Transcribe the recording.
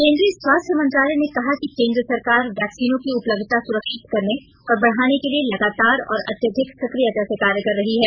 केन्दीय स्वास्थ्य मंत्रालय ने कहा कि केंद्र सरकार वैक्सीनों की उपलब्धता सुरक्षित करने और बढ़ाने के लिए लगातार और अत्यधिक सक्रियता से कार्य कर रही है